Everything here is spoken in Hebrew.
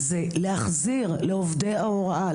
להחזיר לעובדי ההוראה,